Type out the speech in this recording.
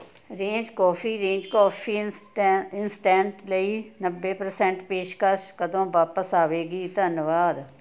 range coffee range coffee ਇੰਸਟੈ instant ਲਈ ਨੱਬੇ ਪ੍ਰਸੈਂਟ ਪੇਸ਼ਕਸ਼ ਕਦੋਂ ਵਾਪਸ ਆਵੇਗੀ